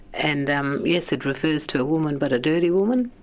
and um yes, it refers to a woman but a dirty woman.